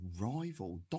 rival